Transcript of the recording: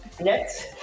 Next